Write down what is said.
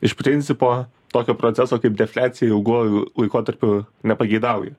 iš principo tokio proceso kaip defliacija ilguoju laikotarpiu nepageidauja